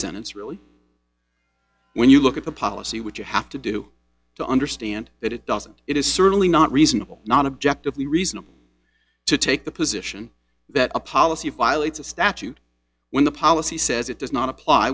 sentence really when you look at the policy which you have to do to understand that it doesn't it is certainly not reasonable nonobjective be reasonable to take the position that a policy violates a statute when the policy says it does not apply